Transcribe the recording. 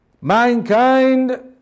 mankind